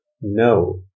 No